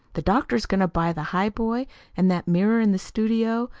the doctor's going to buy the highboy and that mirror in the studio,